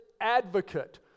advocate